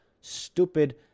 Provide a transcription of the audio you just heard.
stupid